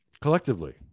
Collectively